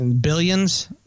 Billions